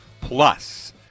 Plus